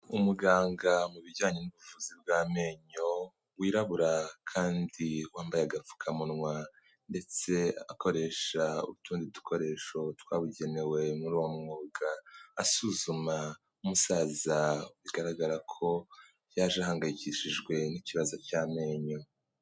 Umuganga mu bijyanye n'ubuvuzi bw'amenyo, wirabura kandi wambaye agapfukamunwa ndetse akoresha utundi dukoresho twabugenewe muri uwo mwuga, asuzuma umusaza bigaragara ko yaje ahangayikishijwe n'ikibazo cy'amenyo.